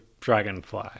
dragonfly